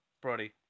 Brody